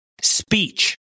speech